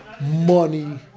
Money